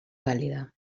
vàlida